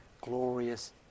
glorious